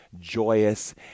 joyous